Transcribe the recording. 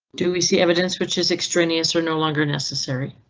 do we see evidence which is extraneous or no longer necessary?